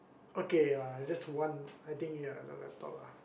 okay lah it's just one I think ya the laptop ah